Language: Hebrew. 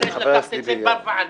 צריך לקחת את זה בוועדה.